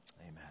amen